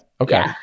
Okay